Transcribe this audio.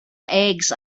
eggs